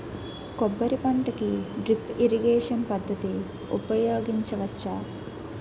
కొబ్బరి పంట కి డ్రిప్ ఇరిగేషన్ పద్ధతి ఉపయగించవచ్చా?